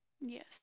Yes